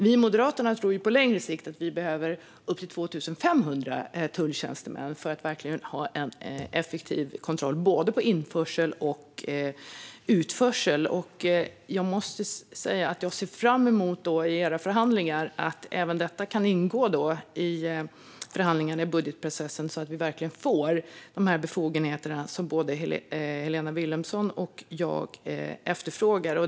Vi i Moderaterna tror att det på längre sikt behövs upp till 2 500 tulltjänstemän för att ha en effektiv kontroll av både införsel och utförsel. Jag ser fram emot att även detta kan ingå i era förhandlingar i budgetprocessen, så att vi verkligen får de befogenheter som både Helena Vilhelmsson och jag efterfrågar.